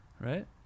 right